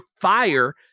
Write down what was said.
fire